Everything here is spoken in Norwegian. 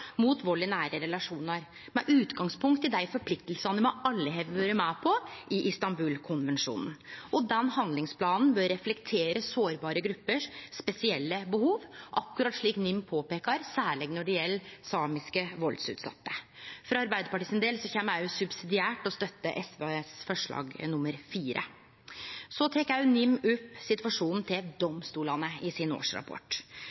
mot vald i nære relasjonar, med utgangspunkt i dei forpliktingane me alle har vore med på i Istanbul-konvensjonen. Den handlingsplanen bør reflektere dei spesielle behova til sårbare grupper, akkurat slik NIM påpeikar, særleg når det gjeld samiske valdsutsette. For Arbeidarpartiet sin del kjem me subsidiært til å støtte SVs forslag nr. 4. Så tek NIM opp situasjonen til